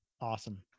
Awesome